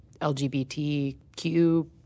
LGBTQ